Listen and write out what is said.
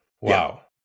Wow